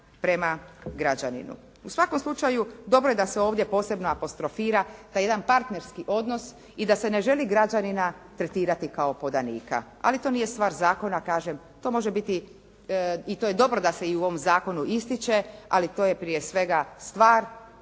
U svakom slučaju dobro je da se ovdje posebno apostrofira taj jedan partnerski odnos i da se ne želi građanina tretirati kao podanika, ali to nije stvar zakona kažem, to može biti i to je dobro da se i u ovom zakonu ističe, ali to je prije svega stvar